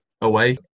away